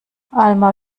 alma